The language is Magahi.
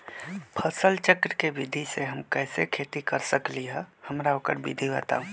फसल चक्र के विधि से हम कैसे खेती कर सकलि ह हमरा ओकर विधि बताउ?